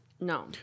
No